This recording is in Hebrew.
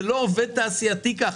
זה לא עובד תעשייתית ככה.